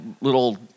little